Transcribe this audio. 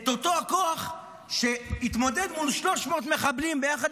את אותו כוח שהתמודד מול 300 מחבלים ביחד